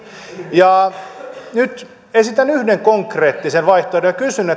vaihtoehdoille nyt esitän yhden konkreettisen vaihtoehdon ja kysyn